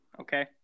okay